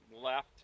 left